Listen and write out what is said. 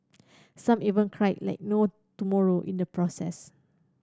some even cried like no tomorrow in the process